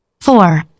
four